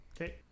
Okay